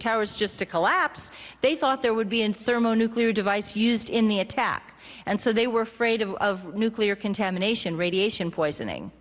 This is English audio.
towers just to collapse they thought there would be an thermonuclear device used in the attack and so they were afraid of of nuclear contamination radiation poisoning